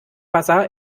basar